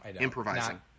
Improvising